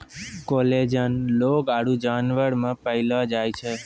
collagen लोग आरु जानवर मे पैलो जाय छै